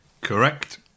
Correct